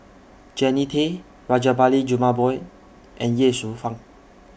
Jannie Tay Rajabali Jumabhoy and Ye Shufang